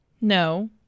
No